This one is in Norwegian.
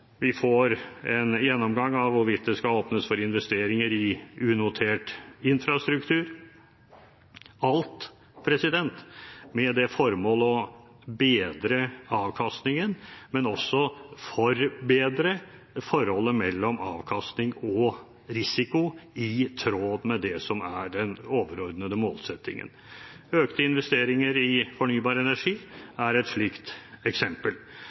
Vi får en gjennomgang av hvorvidt det skal åpnes for investeringer i unotert infrastruktur – alt med det formål å bedre avkastningen, men også forbedre forholdet mellom avkastning og risiko i tråd med det som er den overordnede målsettingen. Økte investeringer i fornybar energi er et slikt eksempel,